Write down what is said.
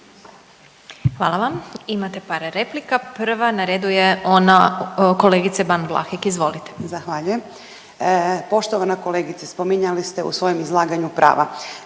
Hvala vam. Imate par replika, prva na redu je ona kolegice Ban Vlahek, izvolite. **Ban, Boška (SDP)** Zahvaljujem. Poštovana kolegice, spominjali ste u svojem izlaganju prava.